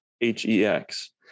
H-E-X